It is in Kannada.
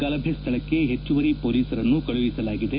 ಗಲಭೆ ಸ್ದಳಕ್ಕೆ ಹೆಚ್ಚುವರಿ ಪೊಲೀಸರನ್ನ ಕಳುಹಿಸಲಾಗಿದೆ